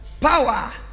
Power